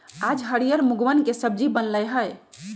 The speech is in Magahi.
आज हरियर मूँगवन के सब्जी बन लय है